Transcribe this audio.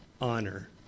Honor